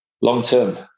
Long-term